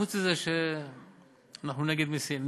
חוץ מזה אנחנו נגד מסים,